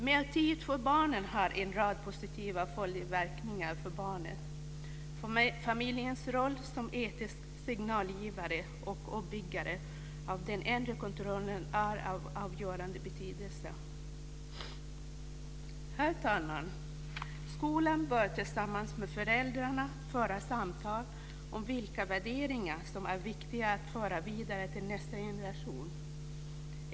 Mer tid för barnen har en rad positiva följdverkningar för barnet. Familjens roll som etisk signalgivare och uppbyggare av den inre kontrollen är av avgörande betydelse. Herr talman! Skolan bör tillsammans med föräldrarna föra samtal om vilka värderingar som är viktiga att föra vidare till nästa generation.